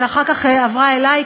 שאחר כך עברה אלי,